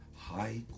high